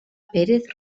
pérez